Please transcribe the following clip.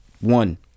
one